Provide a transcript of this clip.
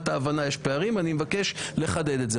ההבנה יש פערים ואני מבקש לחדד את זה.